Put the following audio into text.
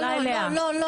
לא.